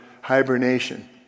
hibernation